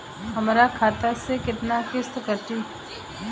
हमरे खाता से कितना किस्त कटी?